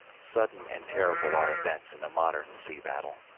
sudden and terrible are events in a modern sea-battle.